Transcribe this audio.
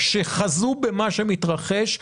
שחזו במה שמתרחש,